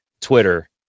Twitter